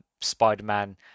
Spider-Man